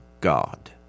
God